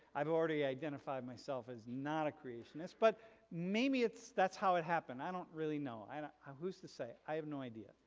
i've already identified myself as not a creationist, but maybe it's that's how it happened. i don't really know. who's to say? i have no idea.